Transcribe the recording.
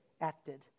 acted